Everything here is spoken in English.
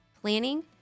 Planning